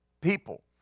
people